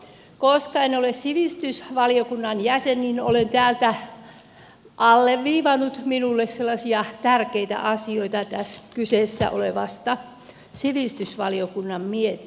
koska en ole sivistysvaliokunnan jäsen niin olen alleviivannut minulle sellaisia tärkeitä asioita tästä kyseessä olevasta sivistysvaliokunnan mietinnöstä